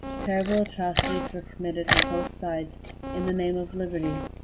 terrible atrocities were committed on both sides in the name of liberty,